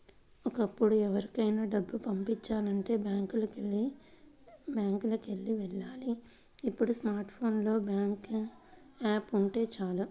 ఒకప్పుడు ఎవరికైనా డబ్బుని పంపిచాలంటే బ్యాంకులకి వెళ్ళాలి ఇప్పుడు స్మార్ట్ ఫోన్ లో బ్యాంకు యాప్ ఉంటే చాలు